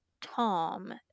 Tom